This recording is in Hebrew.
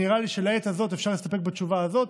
נראה לי שבעת הזאת אפשר להסתפק בתשובה הזאת.